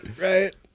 right